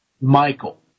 Michael